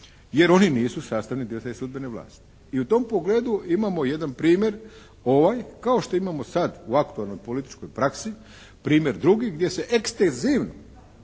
jer oni nisu sastavni dio te sudbene vlasti. I u tom pogledu imamo jedan primjer ovaj kao što imamo sad u aktualnoj političkoj praksi primjer drugi gdje se ekstenzivno